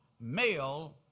male